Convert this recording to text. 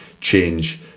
change